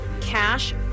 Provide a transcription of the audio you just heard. cash